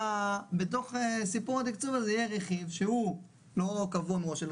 שבתוך סיפור התקצוב הזה יהיה רכיב שהוא לא קבוע מראש אלא